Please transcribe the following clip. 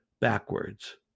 backwards